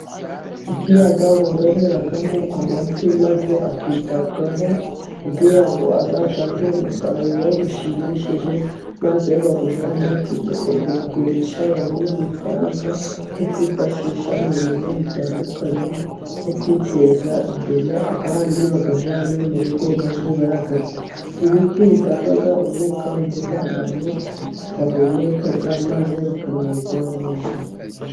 Ikiyaga bororeramo amafi, maze akitabwaho kugira ngo azatange umusaruro ushimishije, maze bawujyane ku isoko kuwugurisha babone amafaranga, yo kwifashisha mu bintu bitandukanye, nko kwiteza imbere, ayandi bayajyane mu rugo bajye barayarya, ibiti bitanga umwuka mwiza abantu bahumeka maze bakamererwa neza.